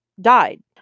died